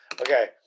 Okay